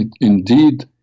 indeed